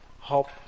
hope